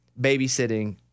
Babysitting